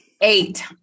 Eight